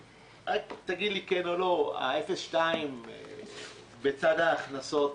תגיד לי כן או לא: ה-02 בצד ההכנסות,